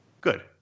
Good